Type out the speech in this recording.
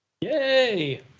yay